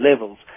levels